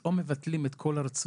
שפתאום מבטלים את כל הרצונות,